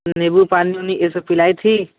निम्बू पानी ऊनी ये सब पिलाई थी